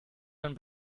man